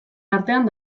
artean